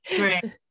right